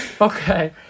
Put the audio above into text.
Okay